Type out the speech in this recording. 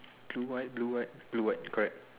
blue white blue white blue white correct